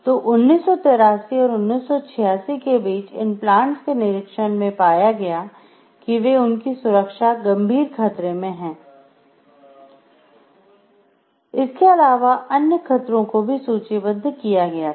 तो 1983 और 1986 के बीच इन प्लांट्स के निरीक्षण में पाया गया कि वे उनकी सुरक्षा गंभीर खतरे में है इसके अलावा अन्य खतरों को भी सूचीबद्ध किया गया था